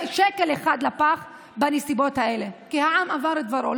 שקל אחד לפח בנסיבות האלה, כי העם אמר את דברו.